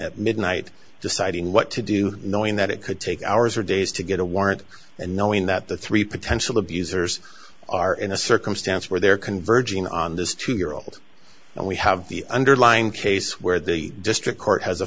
at midnight deciding what to do knowing that it could take hours or days to get a warrant and knowing that the three potential abusers are in a circumstance where they're converging on this two year old and we have the underlying case where the district court has a